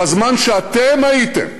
בזמן שאתם הייתם